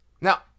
Now